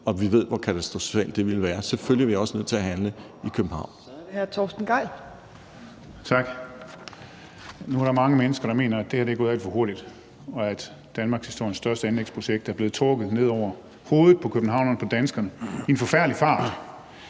(Trine Torp): Så er det hr. Torsten Gejl. Kl. 18:41 Torsten Gejl (ALT): Tak. Nu er der mange mennesker, der mener, at det her er gået alt for hurtigt, og at danmarkshistoriens største anlægsprojekt er blevet trukket ned over hovederne på københavnerne, på danskerne, i en forfærdelig fart.